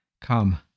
Come